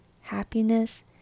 happiness